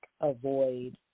avoid